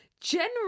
General